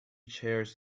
chairs